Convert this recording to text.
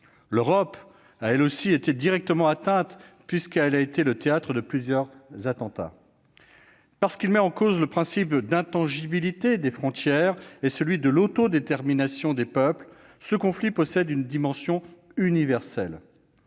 L'Europe a elle aussi été directement atteinte, puisqu'elle a été le théâtre de plusieurs attentats. Parce qu'il met en cause le principe d'intangibilité des frontières et celui de l'autodétermination des peuples, ce conflit possède une dimension universelle.